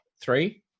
three